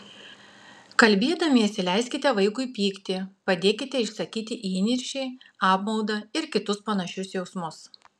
kalbėdamiesi leiskite vaikui pykti padėkite išsakyti įniršį apmaudą ir kitus panašius jausmus